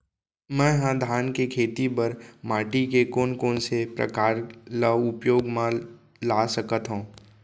मै ह धान के खेती बर माटी के कोन कोन से प्रकार ला उपयोग मा ला सकत हव?